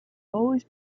always